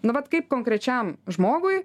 nu vat kaip konkrečiam žmogui